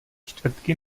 čtvrtky